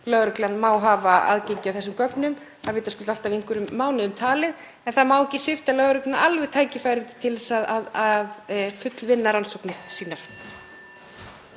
lögreglan má hafa aðgengi að þessum gögnum, það er vitaskuld alltaf í einhverjum mánuðum talið en það má ekki svipta lögregluna alveg tækifærum til að fullvinna rannsóknir sínar.